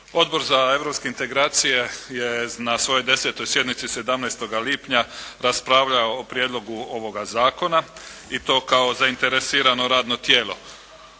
Odbor za europske integracije je na svojoj 10. sjednici 17. lipnja raspravljao o prijedlogu ovoga zakona i to kao zainteresirano radno tijelo.